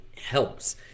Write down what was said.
helps